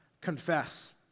confess